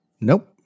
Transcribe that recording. Nope